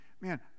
man